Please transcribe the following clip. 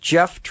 Jeff